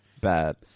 Bad